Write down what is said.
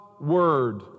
word